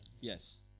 Yes